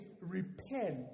repent